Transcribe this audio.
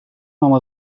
home